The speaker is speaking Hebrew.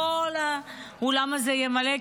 כל האולם הזה יהיה מלא,